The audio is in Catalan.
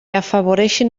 afavoreixin